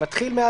אבל אתה מדבר על